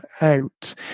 out